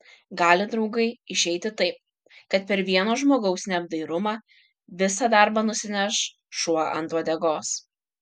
gali draugai išeiti taip kad per vieno žmogaus neapdairumą visą darbą nusineš šuo ant uodegos